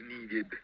needed